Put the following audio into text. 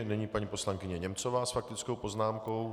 Nyní paní poslankyně Němcová s faktickou poznámkou.